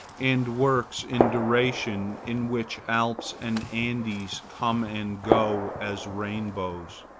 and works in duration in which alps and andes come and go as rainbows.